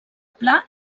pla